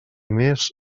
més